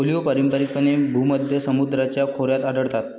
olive पारंपारिकपणे भूमध्य समुद्राच्या खोऱ्यात आढळतात